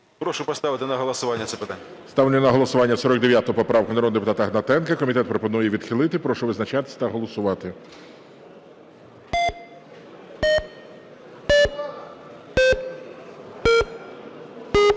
Прошу поставити на голосування це питання. ГОЛОВУЮЧИЙ. Ставлю на голосування 49 поправку народного депутата Гнатенка. Комітет пропонує її відхилити. Прошу визначатись та голосувати.